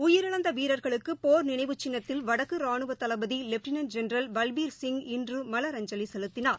உயிரிழந்தவீரர்களுக்குபோர் நினைவுச்சின்னத்தில் வடக்குரானுவதளபதிலெப்டினன்ட் ஜென்ரல் பல்பீர் சிங் இன்றுமலரஞ்சலிசெலுத்தினார்